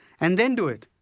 and then do it?